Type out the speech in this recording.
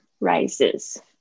Rises